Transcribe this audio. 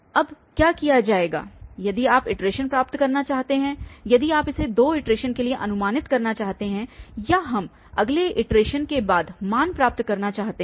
तो अब क्या किया जाएगा यदि आप इटरेशन प्राप्त करना चाहते हैं यदि आप इसे दो इटरेशन के लिए अनुमानित करना चाहते हैं या हम अगले इटरेशन के बाद मान प्राप्त करना चाहते हैं